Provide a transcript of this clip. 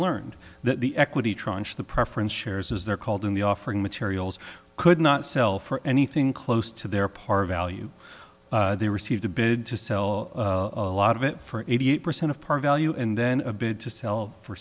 learned that the equity tranche the preference shares as they're called in the offering materials could not sell for anything close to their part of value they received a bid to sell a lot of it for eighty eight percent of par value and then a bid to sell for